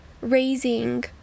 raising